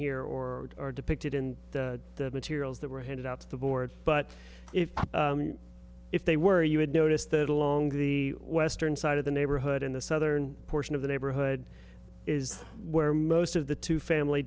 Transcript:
here or are depicted in the materials that were handed out to the board but if if they were you would notice that along the western side of the neighborhood in the southern portion of the neighborhood is where most of the two family